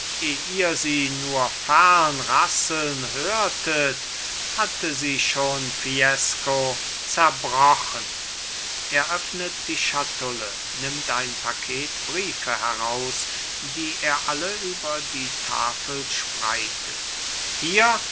ihr sie nur fern rasseln hörtet hatte sie schon fiesco zerbrochen er öffnet die schatulle nimmt ein paket briefe heraus die er alle über die tafel spreitet hier